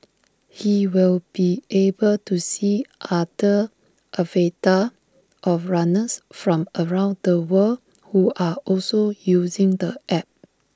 he will be able to see other avatars of runners from around the world who are also using the app